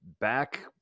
back